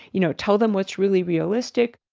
you know, tell them what's really realistic?